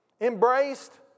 Embraced